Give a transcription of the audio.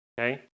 Okay